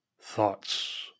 thoughts